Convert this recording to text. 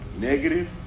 negative